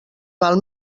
val